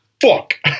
Fuck